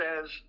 says